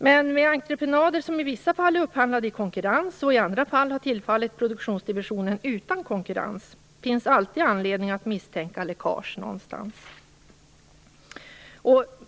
Det finns entreprenader som i vissa fall har upphandlats i konkurrens och som i andra fall har tillfallit produktionsdidivisionen utan konkurrens. Det finns anledning att misstänka ett läckage någonstans.